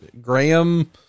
Graham